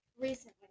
recently